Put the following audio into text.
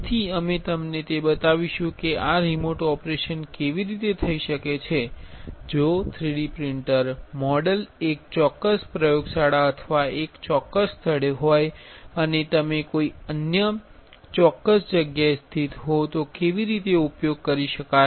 તેથી અમે તમને તે બતાવીશું કે આ રીમોટ ઓપરેશન કેવી રીતે થઈ શકે છે જો 3D પ્રિંટર મોડેલ એક ચોક્ક્સ પ્રયોગશાળા અથવા એક ચોક્ક્સ સ્થળે હોય અને તમે કોઈ અન્ય ચોક્કસ જગ્યાએ સ્થિત હો તો કેવી રીતે ઉપયોગ કરી શકાય